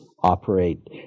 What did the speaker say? operate